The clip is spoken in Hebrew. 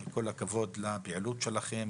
כל הכבוד על הפעילות שלכם.